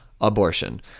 Abortion